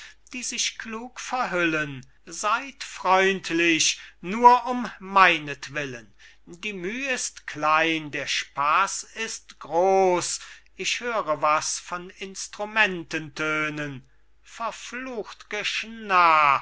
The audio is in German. die sich klug verhüllen seyd freundlich nur um meinetwillen die müh ist klein der spaß ist groß ich höre was von instrumenten tönen verflucht